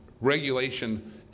regulation